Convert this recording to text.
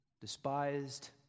Despised